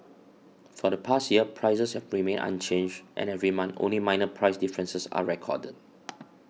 for the past year prices have remained unchanged and every month only minor price differences are recorded